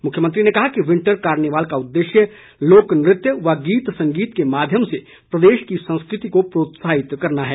मुख्यमंत्री ने कहा कि विंटर कार्निवाल का उददेश्य लोकनृत्य व गीत संगीत के माध्यम से प्रदेश की संस्कृति को प्रोत्साहित करना है